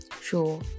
Sure